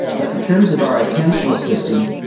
but in terms of our attentional system,